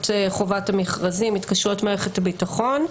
חובת המכרזים (התקשרויות מערכת הביטחון).